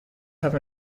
have